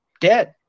dead